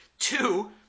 Two